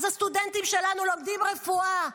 אז הסטודנטים שלנו לומדים רפואה,